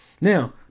Now